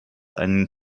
einen